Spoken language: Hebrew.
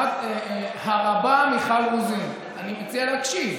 הרבה מיכל רוזין, אני מציע להקשיב,